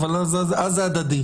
אני מתנצל.